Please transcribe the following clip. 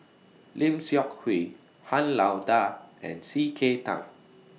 Lim Seok Hui Han Lao DA and C K Tang